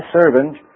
servant